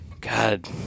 God